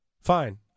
fine